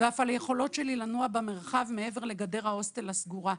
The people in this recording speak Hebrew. ואף על היכולות שלי לנוע במרחב מעבר לגדר ההוסטל הסגורה.